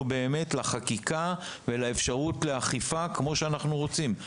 לחקיקה ולאפשרות אכיפה באופן שאנחנו רוצים.